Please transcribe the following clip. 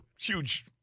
huge